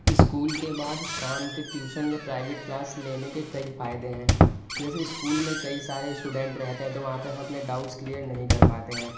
school کے بعد شام کے ٹیوشن یا پرائیویٹ کلاس لینے کے کئی فائدے ہیں جیسے اسکول میں کئی سارے اسٹوڈنٹ رہتے ہیں تو وہاں پہ ہم اپنے ڈاؤٹس کلیئر نہیں کر پاتے ہیں